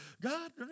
god